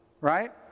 right